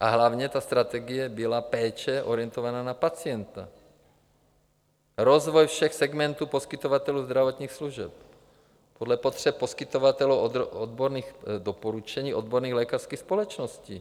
a hlavně ta strategie byla péče orientovaná na pacienta, rozvoj všech segmentů poskytovatelů zdravotních služeb podle potřeb poskytovatelů, odborných doporučení odborných lékařských společností.